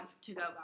to-go